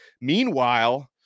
Meanwhile